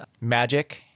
magic